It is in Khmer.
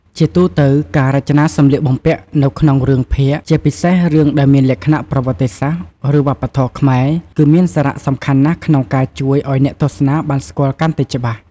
ជាទូទៅ ការរចនាសម្លៀកបំពាក់នៅក្នុងរឿងភាគ ជាពិសេសរឿងដែលមានលក្ខណៈប្រវត្តិសាស្ត្រ ឬវប្បធម៌ខ្មែរ គឺមានសារៈសំខាន់ណាស់ក្នុងការជួយឲ្យអ្នកទស្សនាបានស្គាល់កាន់តែច្បាស់។